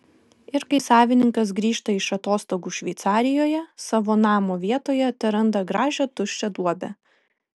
ir kai savininkas grįžta iš atostogų šveicarijoje savo namo vietoje teranda gražią tuščią duobę